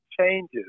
changes